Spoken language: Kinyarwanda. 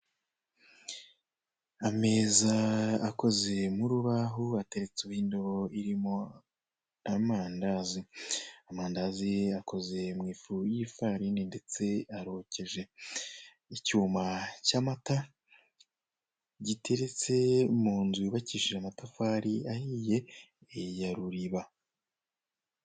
Ameza akoze mu rubaho, ateretseho indobo irimo amandazi. Amandazi akoze mu ifu y'ifarini, ndetse arokoje. Icyuma cy'amata, giteretse mu nzu yubakishije amatafari ahiye, ya ruriba.